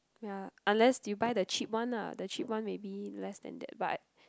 ya unless you buy the cheap one ah the cheap one maybe less than that but